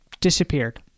disappeared